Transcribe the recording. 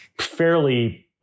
fairly